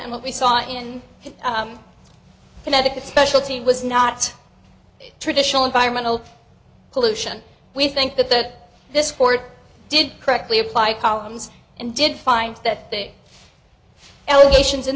and what we saw in connecticut specialty was not traditional environmental pollution we think that this court did correctly applied columns and did find that day elevations in